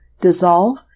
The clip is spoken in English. dissolve